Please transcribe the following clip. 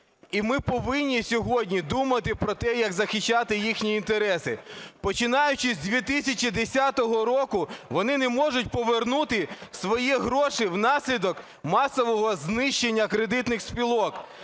І ми повинні сьогодні думати про те, як захищати їхні інтереси. Починаючи з 2010 року, вони не можуть повернути свої гроші внаслідок масового знищення кредитних спілок.